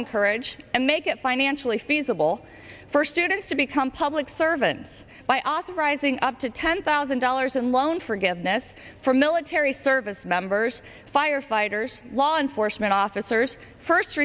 encourage and make it financially feasible first two thirds to become public servants by authorizing up to ten thousand dollars in loan forgiveness for military service members firefighters law enforcement officers first